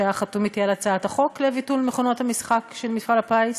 שהיה חתום אתי על הצעת החוק לביטול מכונות המשחק של מפעל הפיס,